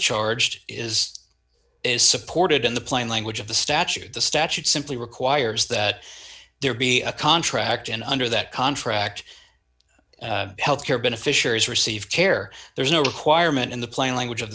charged is is supported in the plain language of the statute the statute simply requires that there be a contract and under that contract health care beneficiaries receive care there is no requirement in the plain language of the